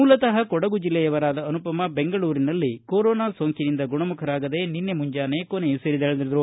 ಮೂಲತ ಕೊಡಗು ಜಿಲ್ಲೆಯವರಾದ ಅನುಪಮಾ ಬೆಂಗಳೂರಿನಲ್ಲಿ ಕೊರೊನಾ ಸೋಂಕಿನಿಂದ ಗುಣಮುಖರಾಗದೇ ನಿನ್ನೆ ಮುಂಜಾನೆ ಕೊನೆಯುಸಿರೆಳೆದರು